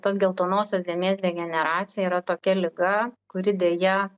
tos geltonosios dėmės degeneracija yra tokia liga kuri deja